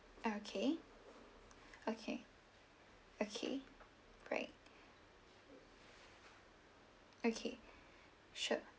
okay okay okay right okay sure